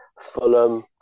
Fulham